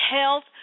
health